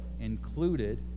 included